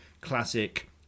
classic